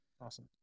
awesome